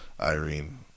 Irene